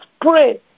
pray